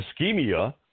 ischemia